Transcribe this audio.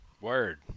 word